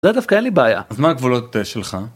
זה דווקא אין לי בעיה. אז מה הגבולות שלך?